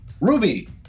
ruby